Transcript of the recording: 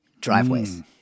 driveways